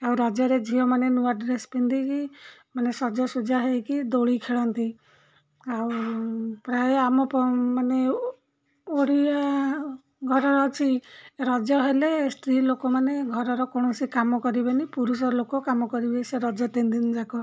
ଆଉ ରଜରେ ଝିଅମାନେ ନୂଆ ଡ୍ରେସ୍ ପିନ୍ଧିକି ମାନେ ସାଜ ସଜ୍ଜା ହେଇକି ଦୋଳି ଖେଳନ୍ତି ଆଉ ପ୍ରାୟ ଆମ ମାନେ ଓଡ଼ିଆ ଘରର ଅଛି ରଜ ହେଲେ ସ୍ତ୍ରୀ ଲୋକମାନେ ଘରର କୌଣସି କାମ କରିବେନି ପୁରୁଷ ଲୋକ କାମ କରିବେ ସେ ରଜ ତିନି ଦିନ ଯାକ